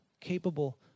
capable